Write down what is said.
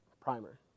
primer